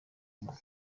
umwe